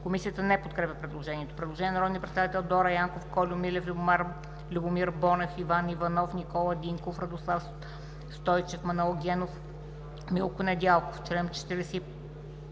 Комисията не подкрепя предложението. Има предложение на народния представител